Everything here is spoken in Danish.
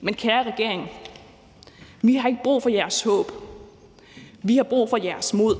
Men kære regering, vi har ikke brug for jeres håb. Vi har brug for jeres mod.